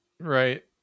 Right